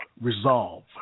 resolve